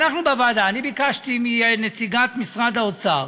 אנחנו בוועדה, בקשתי מנציגת משרד האוצר,